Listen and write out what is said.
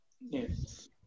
Yes